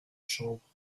chambre